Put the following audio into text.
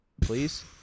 Please